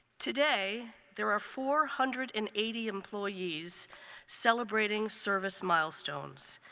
today there are four hundred and eighty employees celebrating service milestones.